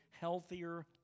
healthier